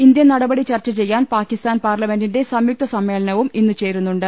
Indian നടപടി ചർച്ച ചെയ്യാൻ പാകിസ്താൻ പാർല മെന്റിന്റെ സംയുക്തസമ്മേളനവും ഇന്നു ചേരുന്നുണ്ട്